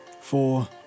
four